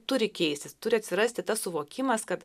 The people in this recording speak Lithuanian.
turi keistis turi atsirasti tas suvokimas kad